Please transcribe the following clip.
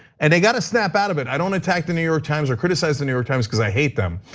and they gotta snap out of it. i don't attack the new york times or criticized the new york times cuz i hate them.